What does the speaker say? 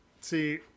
See